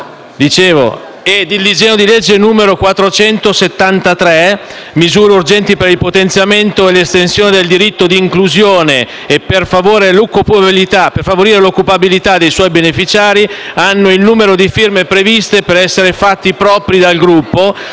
e il disegno di legge n. 473, recante misure urgenti per il potenziamento e l'estensione del diritto d'inclusione e per favorire l'occupabilità dei suoi beneficiari, hanno il numero di firme previste per essere fatti propri dal Gruppo,